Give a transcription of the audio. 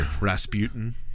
Rasputin